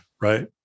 right